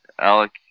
Alec